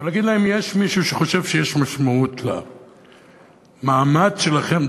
ולהגיד להם: יש מישהו שחושב שיש משמעות למעמד שלכם,